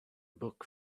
book